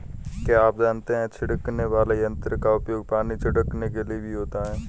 क्या आप जानते है छिड़कने वाले यंत्र का उपयोग पानी छिड़कने के लिए भी होता है?